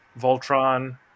Voltron